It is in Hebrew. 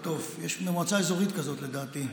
בטוף, יש מועצה אזורית כזאת, לדעתי.